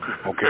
okay